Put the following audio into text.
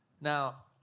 Now